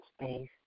space